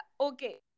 okay